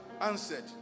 answered